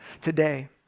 today